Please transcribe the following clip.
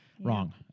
wrong